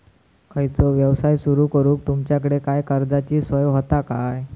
खयचो यवसाय सुरू करूक तुमच्याकडे काय कर्जाची सोय होता काय?